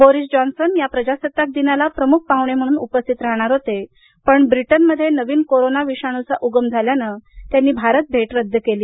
Boris Johnson या प्रजासत्ताक दिनाला प्रमुख पाहुणे म्हणून उपस्थित राहणार होते पण ब्रिटनमध्ये नवीन कोरोना विषाणूचा उगम झाल्यानं त्यांनी भारत भेट रद्द केली